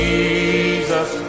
Jesus